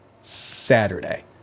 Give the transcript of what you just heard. Saturday